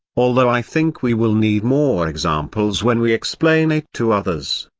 although i think we will need more examples when we explain it to others.